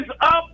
up